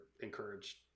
encouraged